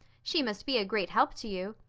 she must be a great help to you.